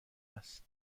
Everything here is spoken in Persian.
است